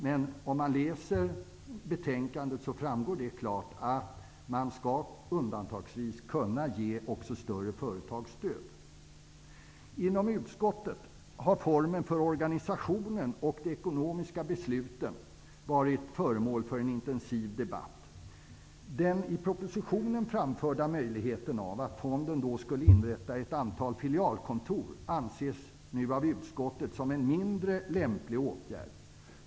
Men om man läser betänkandet framgår det klart att också större företag undantagsvis skall kunna få stöd. Inom utskottet har formen för organisationen och de ekonomiska besluten varit föremål för en intensiv debatt. Den i propositionen framförda möjligheten, att fonden skulle inrätta ett antal filialkontor, anses nu av utskottet som en mindre lämplig åtgärd.